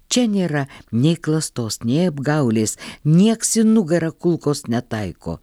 čia nėra nei klastos nei apgaulės nieks į nugarą kulkos netaiko